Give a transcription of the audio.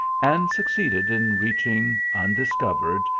and succeeded in reaching, undiscov ered,